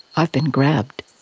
i've been grabbed.